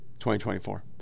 2024